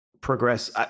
progress